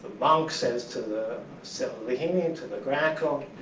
monk says to the salalihini, and to the grackle,